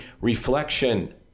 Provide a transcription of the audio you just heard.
reflection